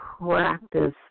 practice